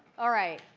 all right,